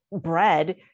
bread